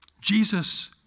Jesus